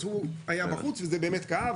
אז הוא היה בחוץ וזה באמת כאב.